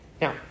Now